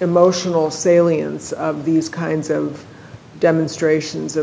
emotional salience of these kinds of demonstrations of